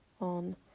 on